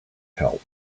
help